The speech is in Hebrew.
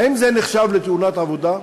האם זה נחשב לתאונת עבודה?